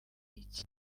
iki